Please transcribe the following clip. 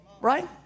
right